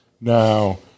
Now